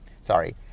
Sorry